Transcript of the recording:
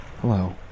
Hello